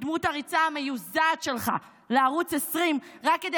בדמות הריצה המיוזעת שלך לערוץ 20 רק כדי